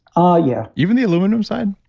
ah yeah even the aluminum side?